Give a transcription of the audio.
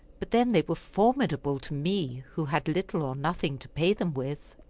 but then they were formidable to me, who had little or nothing to pay them with.